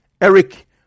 Eric